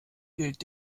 gilt